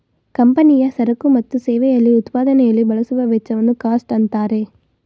ಕಂಪನಿಯ ಸರಕು ಮತ್ತು ಸೇವೆಯಲ್ಲಿ ಉತ್ಪಾದನೆಯಲ್ಲಿ ಬಳಸುವ ವೆಚ್ಚವನ್ನು ಕಾಸ್ಟ್ ಅಂತಾರೆ